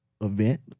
event